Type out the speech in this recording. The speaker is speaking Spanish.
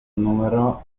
número